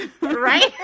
right